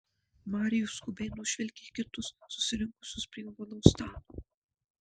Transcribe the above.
marijus skubiai nužvelgė kitus susirinkusius prie ovalaus stalo